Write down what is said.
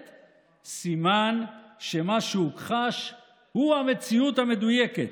הן סימן שמה שהוכחש הוא המציאות המדויקת.